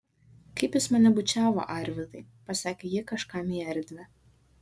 kaip jis mane bučiavo arvydai pasakė ji kažkam į erdvę